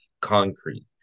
concrete